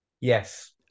Yes